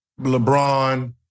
LeBron